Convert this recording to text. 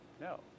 No